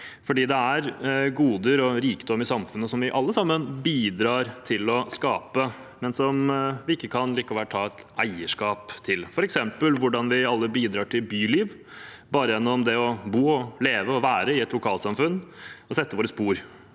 For det er goder og rikdom i samfunnet som vi alle sammen bidrar til å skape, men som vi likevel ikke kan ta et eierskap til, f.eks. hvordan vi alle bidrar til byliv bare gjennom det å bo og leve, være i et lokalsamfunn og sette spor.